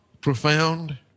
profound